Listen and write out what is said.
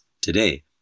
today